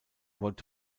wollte